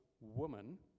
woman